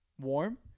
warm